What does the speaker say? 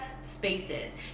spaces